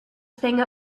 thing